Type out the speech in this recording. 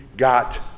Got